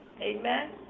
Amen